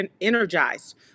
energized